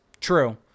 True